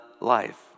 life